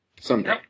Someday